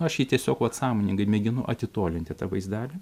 aš jį tiesiog vat sąmoningai mėginu atitolinti tą vaizdelį